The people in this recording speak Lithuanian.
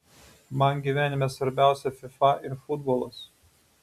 man gyvenime svarbiausia fifa ir futbolas